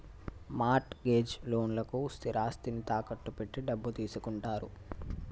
mart gauge లోన్లకు స్థిరాస్తిని తాకట్టు పెట్టి డబ్బు తీసుకుంటారు